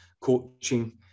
coaching